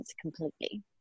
completely